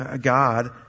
God